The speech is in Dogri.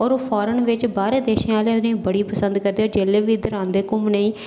होर ओह् फॉरेन बाहरें देशें आह्ले बड़े पसंद करदे ओह् जेल्लै बी इद्धर आंदे घुम्मने गी